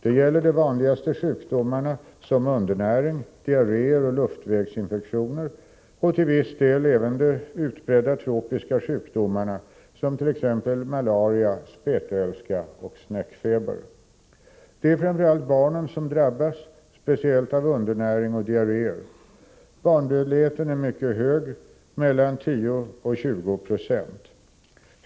Det gäller de vanligaste sjukdomarna såsom undernäring, diarréer och luftvägsinfektioner och till viss del även de utbredda tropiska sjukdomarna, t.ex. malaria, spetälska och snäckfeber. Det är framför allt barnen som drabbas, speciellt av undernäring och diarréer. Barnadödligheten är mycket hög, mellan 10 960 och 20 96.